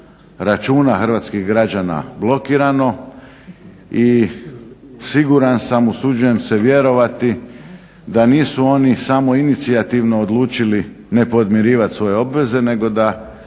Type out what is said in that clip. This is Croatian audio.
računa hrvatskih građana blokirano i siguran sam se, usuđujem se vjerovati da nisu oni samoinicijativno odlučili ne podmirivat svoje obveze nego da